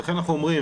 לכן אנחנו אומרים,